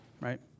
right